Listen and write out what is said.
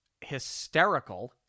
hysterical